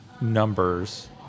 numbers